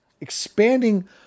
expanding